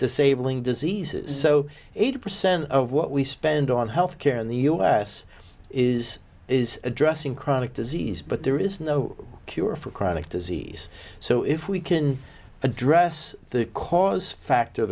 the sable ing diseases so eighty percent of what we spend on health care in the u s is is addressing chronic disease but there is no cure for chronic disease so if we can address the cause factor